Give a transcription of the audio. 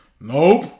nope